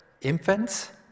infants